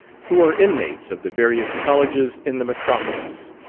who are inmates of the various colleges in the metropolis.